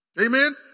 Amen